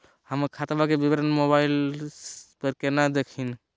हमर खतवा के विवरण मोबाईल पर केना देखिन?